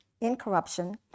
incorruption